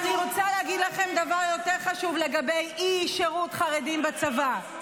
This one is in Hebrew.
אבל אני רוצה להגיד לכם דבר יותר חשוב לגבי אי-שירות חרדים בצבא.